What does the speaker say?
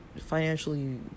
financially